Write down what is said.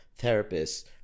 therapists